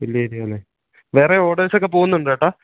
വലിയ ഏരിയയാണല്ലെ വേറെ ഓർഡേഴ്സ് ഒക്കെ പോകുന്നുണ്ടോ ചേട്ടാ